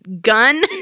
gun